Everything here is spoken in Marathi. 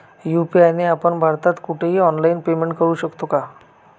यू.पी.आय ने आपण भारतात कुठेही ऑनलाईन पेमेंट करु शकतो का?